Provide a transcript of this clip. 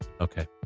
Okay